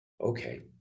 Okay